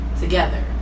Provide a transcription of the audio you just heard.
together